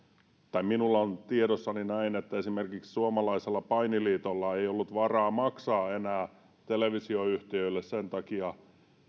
tai minulla on tiedossani näin että esimerkiksi suomalaisella painiliitolla ei ollut varaa maksaa enää televisioyhtiöille